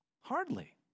Hardly